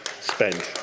spend